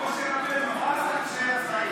משה רבנו, מה הוא עשה כשהיה צעיר?